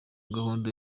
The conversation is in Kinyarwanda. gahunda